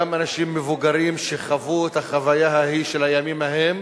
גם אנשים מבוגרים שחוו את החוויה ההיא של הימים ההם,